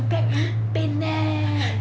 my back very pain leh